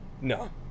No